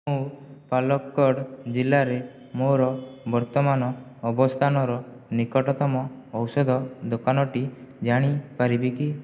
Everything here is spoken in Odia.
ମୁଁ ପାଲକ୍କଡ଼୍ ଜିଲ୍ଲାରେ ମୋର ବର୍ତ୍ତମାନ ଅବସ୍ଥାନର ନିକଟତମ ଔଷଧ ଦୋକାନଟି ଜାଣିପାରିବି କି